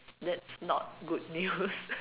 that's not good news